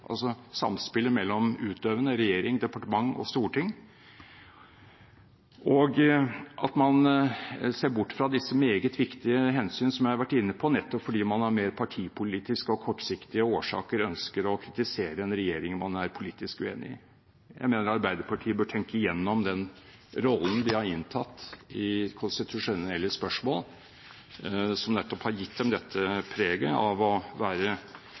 altså samspillet mellom utøvende regjering, departement og storting, og at man ser bort fra disse meget viktige hensyn som jeg har vært inne på, nettopp fordi man av mer partipolitiske og kortsiktige årsaker ønsker å kritisere en regjering man er politisk uenig med. Jeg mener Arbeiderpartiet bør tenke gjennom den rollen de har inntatt i konstitusjonelle spørsmål, som nettopp har gitt dem dette preget av å være